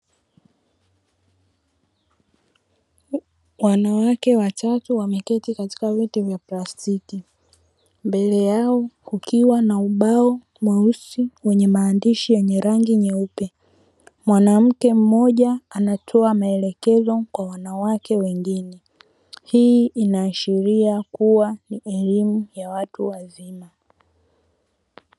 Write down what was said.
Wanawake watatu wameketi katika viti vya plastiki. Mbele ya kukiwa na ubao mweusi ukiwa na maandishi meupe, mwanamke mmoja anatoa maelekezo kwa wanawake wengine, hii inaashiria kuwa ni elimu ya watu wazima.